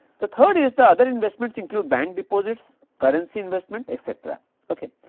the third is the other investments include bank deposits, currency investment etcetera ok.